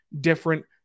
different